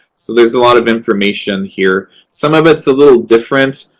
so there's a lot of information here. some of it's a little different.